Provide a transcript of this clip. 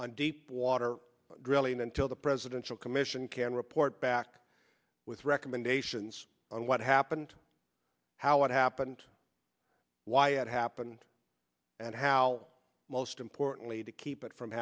on deepwater drilling until the presidential commission can report back with recommendations on what happened how it happened why it happened and how most importantly to keep it from